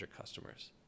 customers